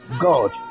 God